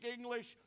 English